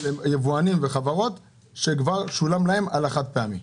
של יבואנים וחברות שכבר שולם להם על החד פעמי.